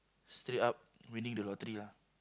straight up winning the lottery ah